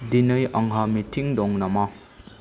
दिनै आंहा मिटिं दं नामा